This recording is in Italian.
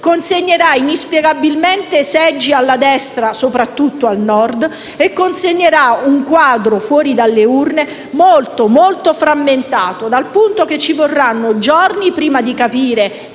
consegnerà inspiegabilmente seggi alla destra, soprattutto al Nord, e consegnerà un quadro fuori dalle urne molto, molto frammentato, al punto che ci vorranno giorni prima di capire